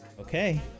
Okay